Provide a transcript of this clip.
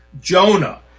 Jonah